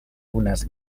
unes